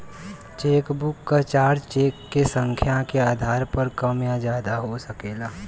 chequebook क charge cheque क संख्या के आधार पर कम या ज्यादा हो सकला